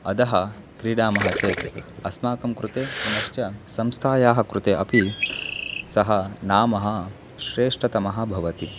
अधः क्रीडामः चेत् अस्माकं कृते पुनश्च संस्थायाः कृते अपि सः नाम श्रेष्टतमं भवति